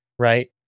right